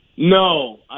No